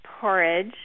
porridge